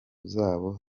zabo